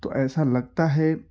تو ایسا لگتا ہے